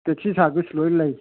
taxi service ꯂꯣꯏ ꯂꯩ